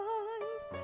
eyes